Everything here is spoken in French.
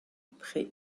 pré